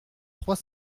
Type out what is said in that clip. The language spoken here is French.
trois